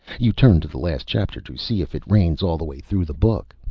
you turn to the last chapter to see if it rains all the way through the book.